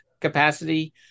capacity